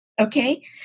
okay